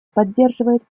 поддерживает